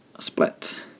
split